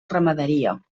ramaderia